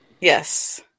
yes